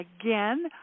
Again